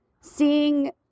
seeing